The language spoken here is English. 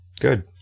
Good